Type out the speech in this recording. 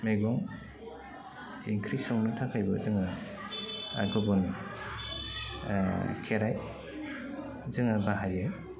मैगं ओंख्रि संनो थाखायबो जोङो आरो गुबुन खेराय जोङो बाहायो